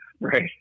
right